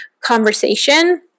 conversation